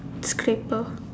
scraper